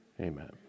Amen